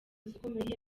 zikomeye